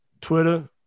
Twitter